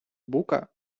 бука